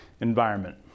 environment